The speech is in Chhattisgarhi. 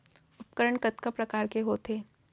उपकरण कतका प्रकार के होथे?